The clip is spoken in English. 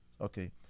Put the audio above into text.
Okay